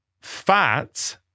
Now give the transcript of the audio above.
fat